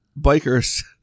bikers